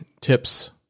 tips